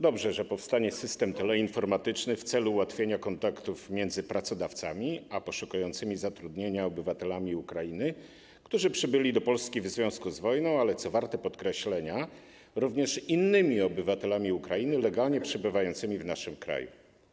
Dobrze, że powstanie system teleinformatyczny w celu ułatwienia kontaktów między pracodawcami a poszukującymi zatrudnienia obywatelami Ukrainy, którzy przybyli do Polski w związku z wojną, ale - co warte podkreślenia - również innymi obywatelami Ukrainy legalnie przebywającymi w naszym kraju.